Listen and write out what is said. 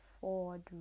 ford